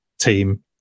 team